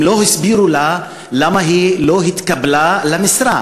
הם לא הסבירו לה למה היא לא התקבלה למשרה.